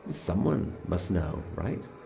someone must know, right?